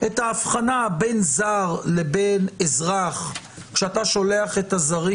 את האבחנה בין זר לבין אזרח, כשהזרים,